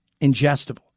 ingestible